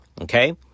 okay